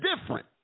different